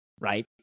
right